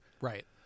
Right